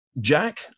Jack